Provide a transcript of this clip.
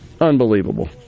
Unbelievable